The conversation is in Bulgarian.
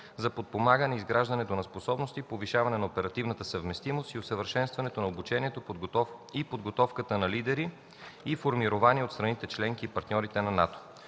за подпомагане на изграждането на способности; повишаване на оперативната съвместимост и усъвършенстване на обучението и подготовката на лидери и формирования от страните членки и партньорите на НАТО.